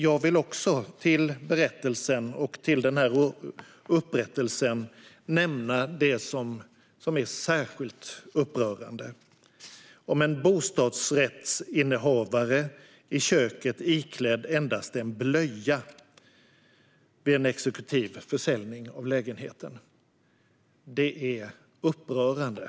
Jag vill också för denna upprättelse nämna det som är särskilt upprörande. Det handlar om en bostadsrättsinnehavare som står i köket iklädd endast en blöja vid en exekutiv försäljning av lägenheten. Det är upprörande.